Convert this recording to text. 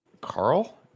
Carl